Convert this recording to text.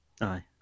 aye